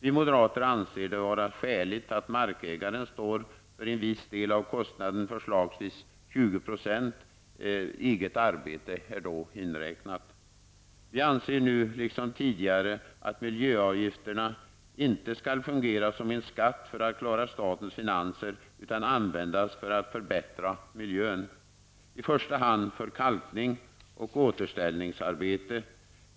Vi moderater anser det vara skäligt att markägaren står för en viss del av kostnaden, förslagsvis 20 %, med eget arbete inräknat. Vi anser nu liksom tidigare att miljöavgifterna inte skall fungera som en skatt för att klara statens finanser utan skall användas för att förbättra miljön, i första hand för kalkning och återställningsarbete.